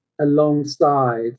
alongside